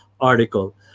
article